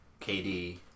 KD